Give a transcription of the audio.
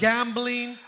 Gambling